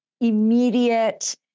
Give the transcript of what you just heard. immediate